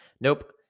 Nope